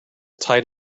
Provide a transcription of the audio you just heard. tight